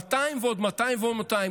200 ועוד 200 או 200,